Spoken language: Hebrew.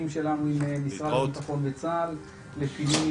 מתייחסים אליו בכל השלבים כאירוע בטחוני לכל דבר.